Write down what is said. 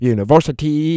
University